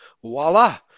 Voila